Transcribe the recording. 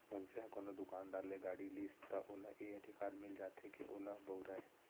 मनसे ह कोनो दुकानदार ले गाड़ी लिस त ओला ए अधिकार मिल जाथे के ओला बउरय